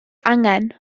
angen